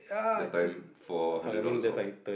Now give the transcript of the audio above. that time for a hundred dollars off